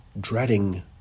dreading